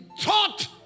taught